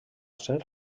ser